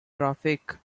traffic